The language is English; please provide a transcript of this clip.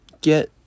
get